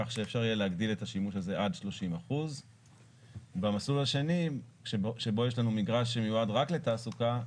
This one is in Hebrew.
כך שאפשר יהיה להגדיל את השימוש הזה עד 30%. במסלול השני שבו יש לנו מגרש שמיועד רק לתעסוקה,